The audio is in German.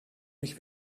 mich